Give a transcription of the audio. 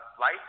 life